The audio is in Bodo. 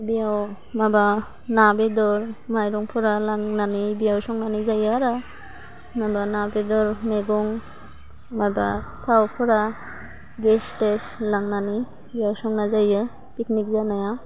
बेयाव माबा ना बेदर माइरंफोरा लांनानै बेयाव संनानै जायो आरो माबा ना बेदर मेगं माबा थावफोरा गेस थेस लांनानै इयाव संना जायो पिगनिक जानाया